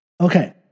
Okay